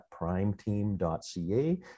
primeteam.ca